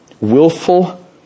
willful